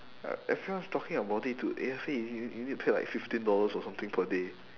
uh everyone's talking about it dude A_F_A y~ you need to pay like fifteen dollars or something per day